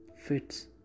fits